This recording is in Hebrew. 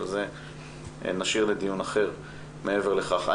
אבל את זה נשאיר לדיון אחר מעבר לכך.